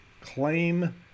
claim